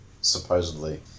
supposedly